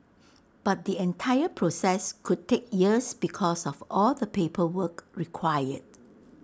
but the entire process could take years because of all the paperwork required